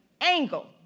angle